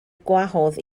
gwahodd